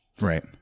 Right